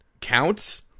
counts